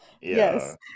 yes